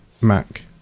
Mac